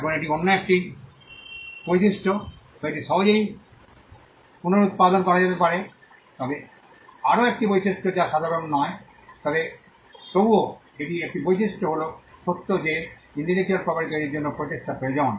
এখন এটি অন্য একটি বৈশিষ্ট্য যা এটি সহজেই পুনরুত্পাদন করা যেতে পারে তবে আরও একটি বৈশিষ্ট্য যা সাধারণ নয় তবে তবুও এটি একটি বৈশিষ্ট্যটি হল সত্য যে এটি ইন্টেলেকচুয়াল প্রপার্টি তৈরির জন্য প্রচেষ্টা প্রয়োজন